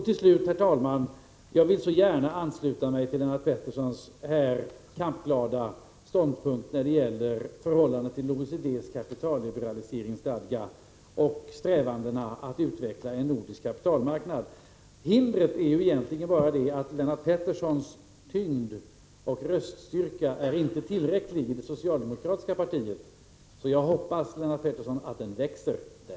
Till sist, herr talman, vill jag så gärna ansluta mig till Lennart Petterssons kampglada ståndpunkt här när det gäller förhållandet till OECD:s kapitalliberaliseringsstadga och strävandena att utveckla en nordisk kapitalmarknad. Hindret är egentligen bara det att Lennart Petterssons tyngd och röststyrka inte är tillräcklig i det socialdemokratiska partiet. Jag hoppas därför, Lennart Pettersson, att den skall växa där.